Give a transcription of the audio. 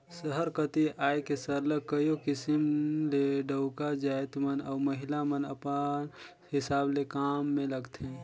सहर कती आए के सरलग कइयो किसिम ले डउका जाएत मन अउ महिला मन अपल हिसाब ले काम में लगथें